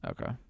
Okay